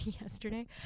yesterday